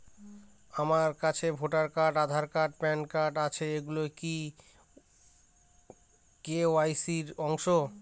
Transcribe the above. আমার কাছে voter card Aadhaar card PAN card আছে এগুলো কি কে.ওয়াই.সি র অংশ?